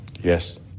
Yes